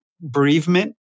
bereavement